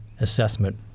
assessment